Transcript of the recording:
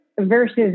Versus